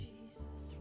Jesus